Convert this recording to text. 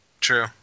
True